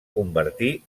convertir